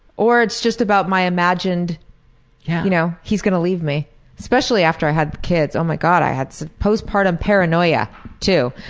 or it's just about my imagined yeah you know he's gonna leave me especially after i had the kids. oh my god i had some postpartum paranoia too.